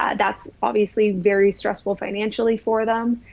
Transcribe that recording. ah that's obviously very stressful financially for them,